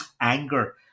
anger